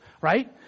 right